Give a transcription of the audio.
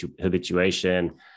habituation